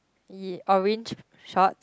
ye~ orange shorts